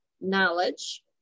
knowledge